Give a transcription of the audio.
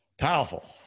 Powerful